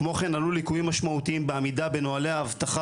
כמו כן עלו ליקויים משמעותיים בעמידה בנוהלי האבטחה